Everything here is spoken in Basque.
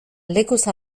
lekuz